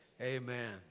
amen